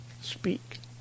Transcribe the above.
speak